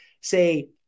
say